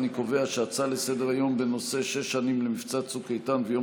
אני קובע שההצעה לסדר-היום בנושא: שש שנים למבצע צוק איתן ויום